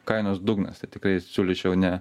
kainos dugnas tai tikrai siūlyčiau ne